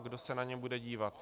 A kdo se na ně bude dívat.